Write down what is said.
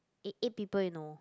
eight eight people you know